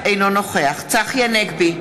אינו נוכח צחי הנגבי,